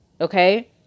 Okay